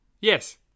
Yes